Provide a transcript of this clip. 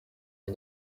and